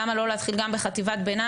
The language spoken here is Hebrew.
אנחנו לא זורקים אף אחד לים